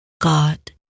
God